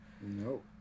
No